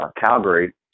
Calgary